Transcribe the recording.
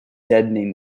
deadening